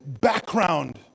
background